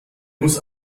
muss